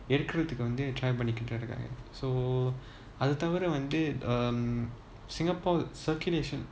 include வந்து:vanthu try பண்ணிக்கிட்டுருக்காங்க:pannikitu irukaanga so அதுதவிரவந்து:adhu thavira vanthu um singapore circulation